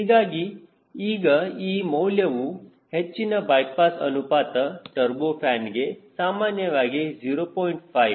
ಹೀಗಾಗಿ ಈಗ ಈ ಮೌಲ್ಯವು ಹೆಚ್ಚಿನ ಬೈಪಾಸ್ ಅನುಪಾತ ಟರ್ಬೋಫ್ಯಾನ್ ಗೆ ಸಾಮಾನ್ಯವಾಗಿ 0